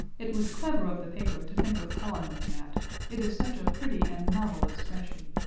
it was clever of the paper to think of calling them that it is such a pretty and novel expression,